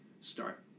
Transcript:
start